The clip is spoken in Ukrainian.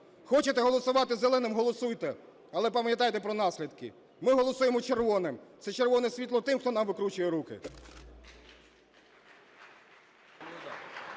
Хочете голосувати зеленим – голосуйте, але пам'ятайте про наслідки. Ми голосуємо червоним, це червоне світло тим, хто нам викручує руки.